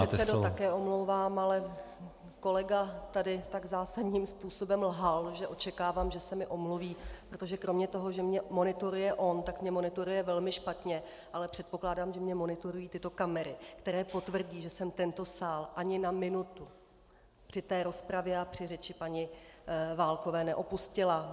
Já se, pane místopředsedo, také omlouvám, ale kolega tady tak zásadním způsobem lhal, že očekávám, že se mi omluví, protože kromě toho, že mě monitoruje on, tak mě monitoruje velmi špatně, ale předpokládám, že mě monitorují tyto kamery, které potvrdí, že jsem tento sál ani na minutu při té rozpravě a při řeči paní Válkové neopustila.